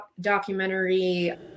documentary